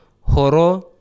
horo